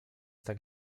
tak